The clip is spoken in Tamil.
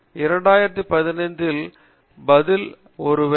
பேராசிரியர் பிரதாப் ஹரிதாஸ் சரி